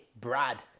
Brad